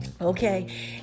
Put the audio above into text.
Okay